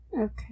Okay